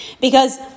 because-